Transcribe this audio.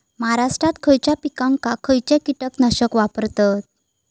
महाराष्ट्रात खयच्या पिकाक खयचा कीटकनाशक वापरतत?